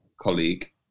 colleague